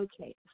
Okay